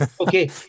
Okay